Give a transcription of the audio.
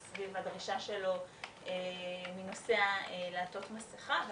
סביב הדרישה שלו מנוסע לעטות מסכה.